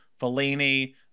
Fellini